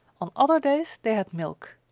on other days they had milk.